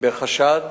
בחשד